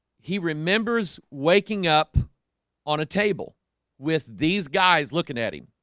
he remembers waking up on a table with these guys looking at him